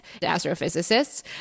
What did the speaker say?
astrophysicists